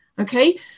okay